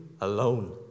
alone